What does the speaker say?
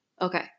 Okay